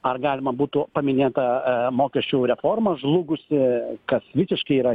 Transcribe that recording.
ar galima būtų paminėt tą mokesčių reformą žlugusi kas visiškai yra